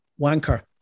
wanker